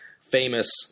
famous